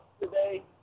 today